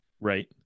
right